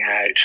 out